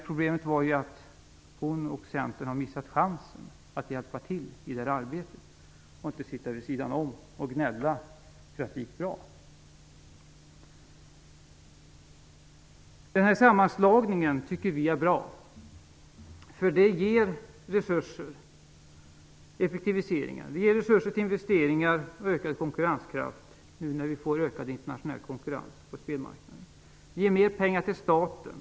Problemet är att Marianne Andersson och Centern har missat chansen att hjälpa till i det här arbetet. Då går det inte att sitta vid sidan av och gnälla över att det gick bra. Sammanslagningen i fråga tycker vi är bra, eftersom den ger effektiviseringar. Den ger också resurser till investeringar och en ökad konkurrenskraft nu när vi får en ökad internationell konkurrens på spelmarknaden. Vidare ger den mera pengar till staten.